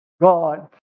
God